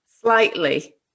Slightly